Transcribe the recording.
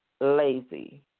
lazy